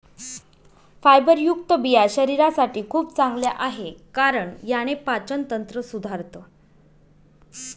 फायबरयुक्त बिया शरीरासाठी खूप चांगल्या आहे, कारण याने पाचन तंत्र सुधारतं